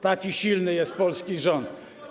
Taki silny jest polski rząd.